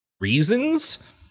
reasons